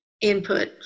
input